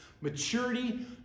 Maturity